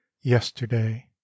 yesterday